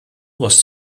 was